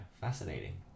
fascinating